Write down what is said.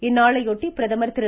இந்நாளையொட்டி பிரதமர் திரு